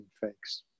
fakes